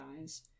eyes